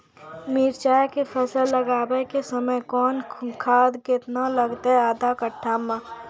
मिरचाय के फसल लगाबै के समय कौन खाद केतना लागतै आधा कट्ठा मे?